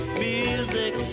music